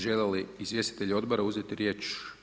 Žele li izvjestitelji odbora uzeti riječ?